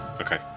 Okay